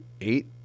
eight